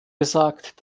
gesagt